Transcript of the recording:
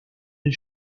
del